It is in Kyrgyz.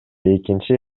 экинчи